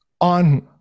on